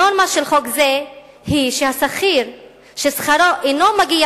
הנורמה של חוק זה היא שהשכיר ששכרו אינו מגיע